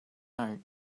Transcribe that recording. note